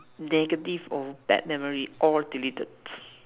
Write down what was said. negative or bad memories all deleted